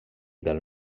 del